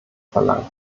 verlangt